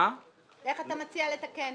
איך אתה מציע לתקן?